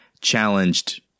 challenged